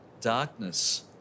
Darkness